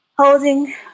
Holding